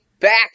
Back